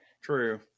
True